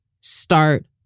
start